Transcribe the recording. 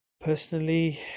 Personally